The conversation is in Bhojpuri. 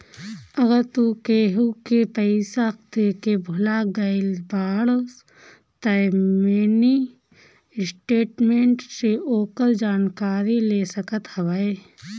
अगर तू केहू के पईसा देके भूला गईल बाड़ऽ तअ मिनी स्टेटमेंट से ओकर जानकारी ले सकत हवअ